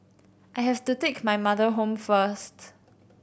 I have to take my mother home first